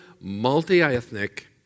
multi-ethnic